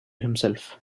himself